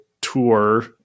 tour